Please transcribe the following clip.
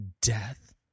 death